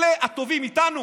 אלה, הטובים, איתנו.